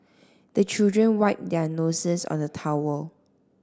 the children wipe their noses on the towel